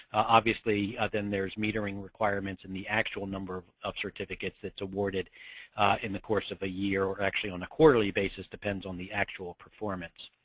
obviously, then there's metering requirements and the actual number of of certificates that's awarded in the course of the year or actually on a quarterly basis. it depends on the actual performance.